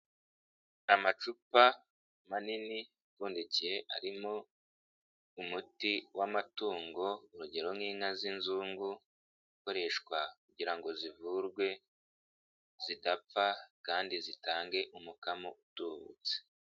Amacupa manini apfundikiye arimo umuti w'amatungo, urugero nk'inka z'inzungu, ukoreshwa kugira ngo zivurwe zidapfa kandi zitange umukamo utubutse.